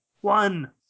One